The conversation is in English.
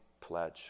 pledge